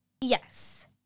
Yes